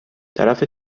طرف